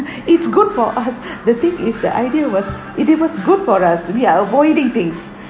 it's good for us the thing is the idea was if it was good for us we are avoiding things